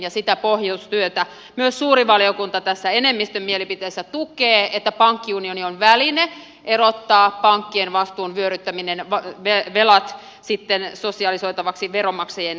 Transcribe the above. ja sitä pohjustustyötä myös suuri valiokunta tässä enemmistön mielipiteessä tukee että pankkiunioni on väline erottaa pankkien vastuun vyöryttäminen velat sitten sosialisoitavaksi veronmaksajien kontolle